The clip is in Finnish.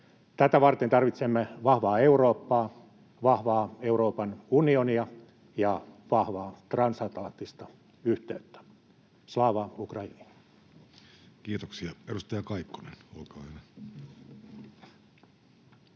Tätä varten tarvitsemme vahvaa Eurooppaa, vahvaa Euroopan unionia ja vahvaa transatlanttista yhteyttä. — Slava Ukraini! Kiitoksia. — Edustaja Kaikkonen, olkaa hyvä.